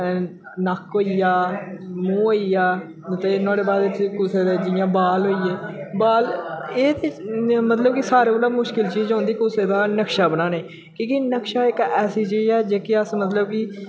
नक्क होई गेआ मूंह् होई गेआ ते नोहाड़े बाद कुसै दे जियां बाल होई गे बाल एह् ते मतलब कि सारें कोलां मुश्किल चीज होंदी कुसै दा नक्शा बनाने दी कि के नक्श इक ऐसी चीज ऐ जेह्की अस मतलब कि